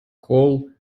coal